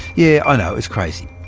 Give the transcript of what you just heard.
yeah i know it's crazy.